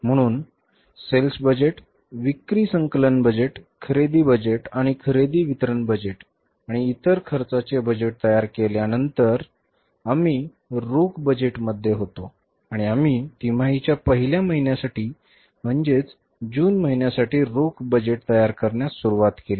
म्हणून sales budget विक्री संकलन बजेट खरेदी बजेट आणि खरेदी वितरण बजेट आणि इतर खर्चाचे बजेट तयार केल्यानंतर आम्ही रोख बजेटमध्ये होतो आणि आम्ही तिमाहीच्या पहिल्या महिन्यासाठी म्हणजेच जून महिन्यासाठी रोख बजेट तयार करण्यास सुरवात केली